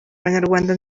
abanyarwanda